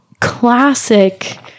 classic